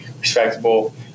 respectable